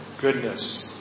goodness